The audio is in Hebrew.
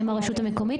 הרשות המקומית?